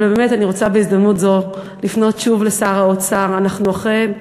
אבל באמת אני רוצה בהזדמנות זו לפנות שוב לשר האוצר: אנחנו אחרי,